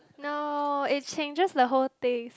no it changes the whole taste